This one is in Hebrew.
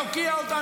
תוקיע אותם,